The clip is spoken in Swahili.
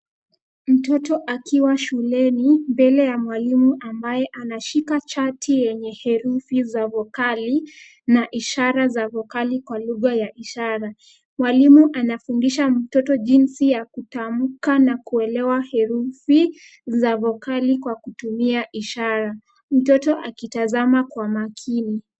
Mtoto akiwa shuleni mbele ya mwalimu ambaye anashika chati yenye herufi za vokali na ishara za vokali kwa lugha ya ishara. Mwalimu anafundisha mtoto jinsi ya kutamka na kuelewa herufi za vokali kwa kutumia ishara mtoto akitazama kwa makini.